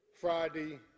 friday